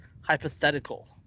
hypothetical